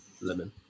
lemon